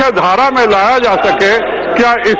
and da um ah da da da da